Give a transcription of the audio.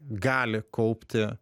gali kaupti